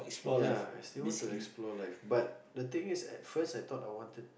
ya I still want to explore like but the thing is at first I thought I wanted